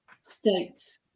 state